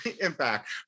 impact